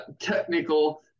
technical